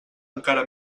encara